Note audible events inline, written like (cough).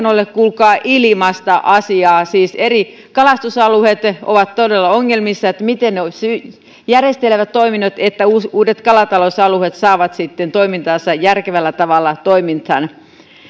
(unintelligible) ole kuulkaa ilmaista asiaa siis eri kalastusalueet ovat todella ongelmissa siinä miten ne järjestelevät toiminnot jotta uudet kalatalousalueet saavat sitten toimintaansa järkevällä tavalla toimintaan